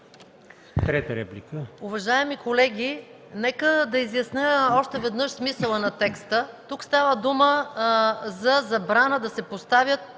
Трета реплика